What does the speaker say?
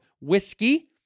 whiskey